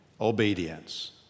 Obedience